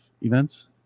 events